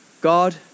God